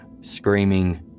screaming